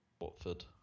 Watford